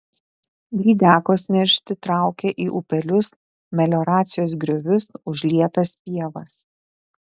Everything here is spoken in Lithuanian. lydekos neršti traukia į upelius melioracijos griovius užlietas pievas